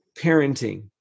parenting